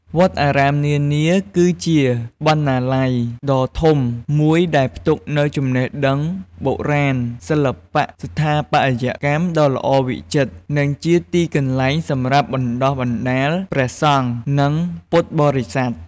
វត្តអារាមនានា គឺជាបណ្ណាល័យដ៏ធំមួយដែលផ្ទុកនូវចំណេះដឹងបុរាណ សិល្បៈស្ថាបត្យកម្មដ៏ល្អវិចិត្រ និងជាទីកន្លែងសម្រាប់បណ្ដុះបណ្ដាលព្រះសង្ឃ និងពុទ្ធបរិស័ទ។